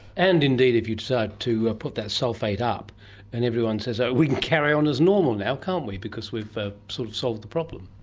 and indeed if you decide to ah put that sulphate up and everyone says ah we can carry on as normal now, can't we, because we've sort of solved the problem'.